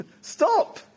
Stop